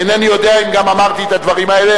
אינני יודע אם גם אמרתי את הדברים האלה,